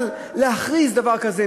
אבל להכריז דבר כזה,